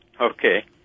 Okay